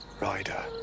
Rider